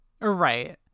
Right